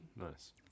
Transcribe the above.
nice